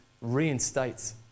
reinstates